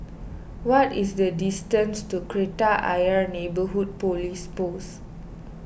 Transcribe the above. what is the distance to Kreta Ayer Neighbourhood Police Post